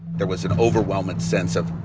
there was an overwhelming sense of,